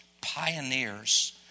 pioneers